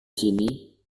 sini